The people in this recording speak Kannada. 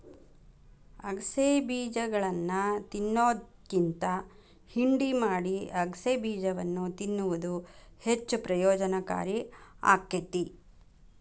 ಅಗಸೆ ಬೇಜಗಳನ್ನಾ ತಿನ್ನೋದ್ಕಿಂತ ಹಿಂಡಿ ಮಾಡಿ ಅಗಸೆಬೇಜವನ್ನು ತಿನ್ನುವುದು ಹೆಚ್ಚು ಪ್ರಯೋಜನಕಾರಿ ಆಕ್ಕೆತಿ